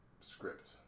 script